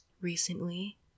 Recently